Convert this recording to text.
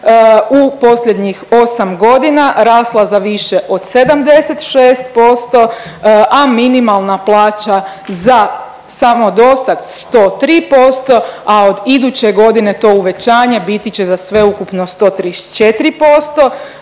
u posljednjih 8 godina rasla za više od 76%, a minimalna plaća za samo dosad 103%, a od iduće godine to uvećanje biti će za sveukupno 134%